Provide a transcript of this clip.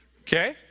Okay